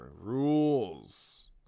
rules